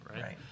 Right